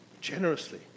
generously